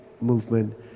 movement